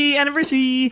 Anniversary